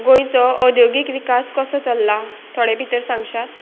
गोंयचो उद्योगीक विकास कसो चल्ला थोडे भितर सांगशात